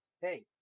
Hey